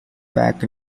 back